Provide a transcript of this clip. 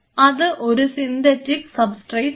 അത് ഒരു synthetic substrate ആണ്